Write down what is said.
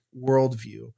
worldview